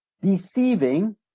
deceiving